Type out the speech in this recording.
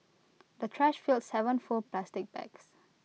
the trash filled Seven full plastic bags